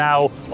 Now